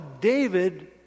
David